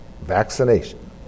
vaccination